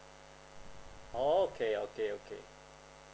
okay okay okay